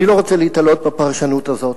אני לא רוצה להיתלות בפרשנות הזאת.